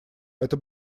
это